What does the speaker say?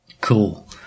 Cool